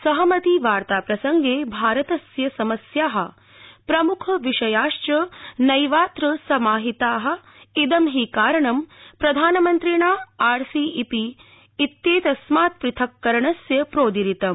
सहमति वार्ता प्रसंगे भारतस्य समस्या प्रमुख विषयाश्व नैवात्र समाहिता इदं हि कारणं प्रधानमन्त्रिणा आर सी ई पी इत्येतस्मात् पृथक्करणस्य प्रोदीरितम्